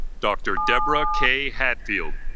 dr. deborah k. hatfield